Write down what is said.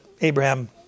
Abraham